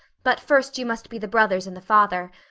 but first you must be the brothers and the father.